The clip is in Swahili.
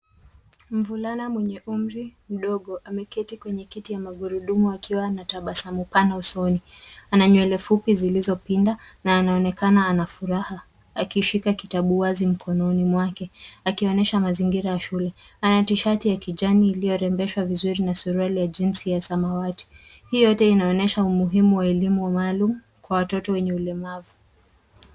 Mvulana mwenye umri mdogo, ameketi kwenye kiti ya magurudumu akiwa na tabasamu pana usoni. Ana nywele fupi zilizopinda, na anaonekana ana furaha ,akishika kitabu wazi mkononi mwake. akionesha mazingira ya shule. Ana tishati ya kijani , iliyorembeshwa vizuri na suruali ya jinzi ya samawati. Hii yote inaonyesha umuhimu wa elimu maalum kwa watoto wenye ulemavu.